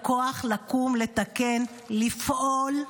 ואתם נהניתם מזה שעמדתי בה.